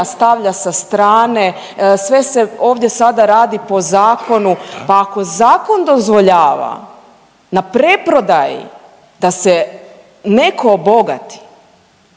stavlja sa strane, sve se ovdje sada radi po zakonu. Pa ako zakon dozvoljava na preprodaji da se neko obogati